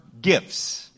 gifts